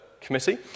committee